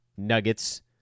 Nuggets